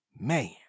Man